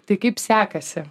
tai kaip sekasi